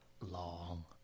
long